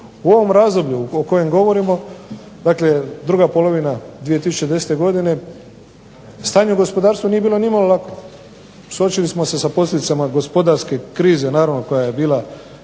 U ovom razdoblju o kojem govorimo, dakle, druga polovina 2010. godine stanje u gospodarstvu nije bilo ni malo lako. Suočili smo se sa posljedicama gospodarske krize koja je bila